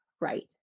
right